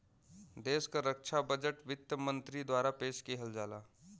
देश क रक्षा बजट वित्त मंत्री द्वारा पेश किहल जाला